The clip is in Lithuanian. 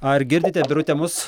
ar girdite birute mus